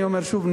אני אומר שוב,